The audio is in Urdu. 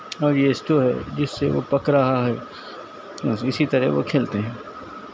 اور یہ اسٹو ہے جس سے وہ پک رہا ہے اسی طرح وہ کھیلتے ہیں